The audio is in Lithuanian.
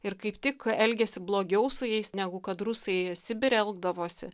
ir kaip tik elgiasi blogiau su jais negu kad rusai sibire elgdavosi